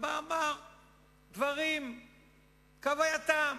ואמר דברים כהווייתם.